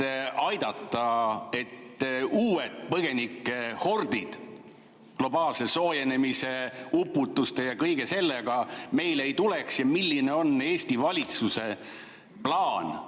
aidata, et uued põgenikehordid globaalse soojenemise, uputuste ja kõige selle tõttu meile ei tuleks? Milline on Eesti valitsuse plaan,